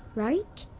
right?